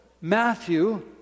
Matthew